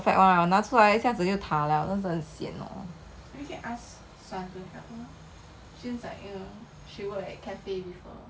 第一次失败 but 越做越好 then I was like oh my god !yay! then freaking the most perfect [one] 我拿出来一下子就塌了 then 很 sian lor